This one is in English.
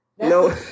no